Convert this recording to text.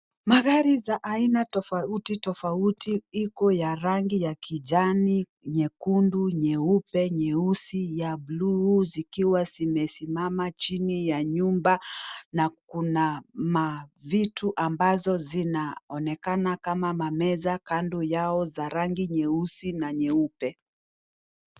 Magari za aina tofauti tofauti iko ya rangi ya kijani nyekundu nyeupe nyeusi ya bluu zikiwa zimesimama chini ya nyumba na kuna vitu ambazo zinaonekana kama mameza kando yao za rangi nyeusi na nyeupe.